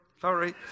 sorry